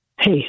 Hey